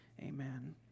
Amen